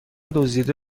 دزدیده